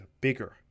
bigger